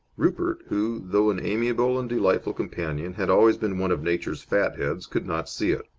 rupert, who, though an amiable and delightful companion, had always been one of nature's fat-heads, could not see it.